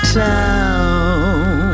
town